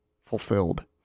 fulfilled